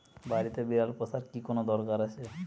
বাড়িতে বিড়াল পোষার কি কোন দরকার আছে?